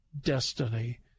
destiny